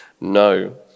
No